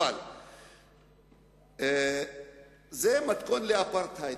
אבל זה מתכון לאפרטהייד.